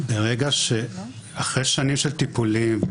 אחרי שנים של טיפולים,